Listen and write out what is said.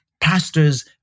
pastors